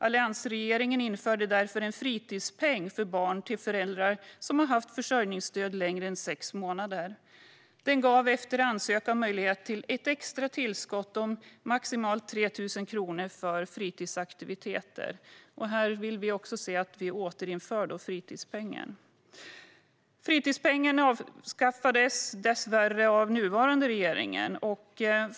Alliansregeringen införde därför en fritidspeng för barn till föräldrar som har haft försörjningsstöd längre än under sex månader. Den gav efter ansökan möjlighet till ett extra tillskott om maximalt 3 000 kronor för fritidsaktiviteter. Här vill vi se ett återinförande av fritidspengen. Fritidspengen avskaffades dessvärre av den nuvarande regeringen.